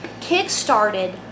kick-started